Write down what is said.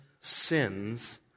sins